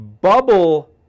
Bubble